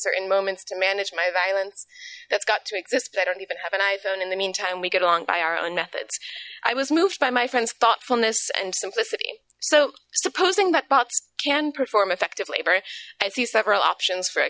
certain moments to manage my violence that's got to exist but i don't even have an iphone in the meantime we get along by our own methods i was moved by my friends thoughtfulness and simplicity so supposing that bots can perform effective labor i see several options for a